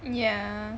yeah